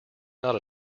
not